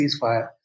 ceasefire